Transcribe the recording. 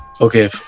Okay